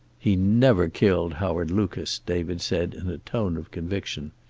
he never killed howard lucas, david said, in a tone of conviction.